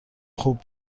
خوب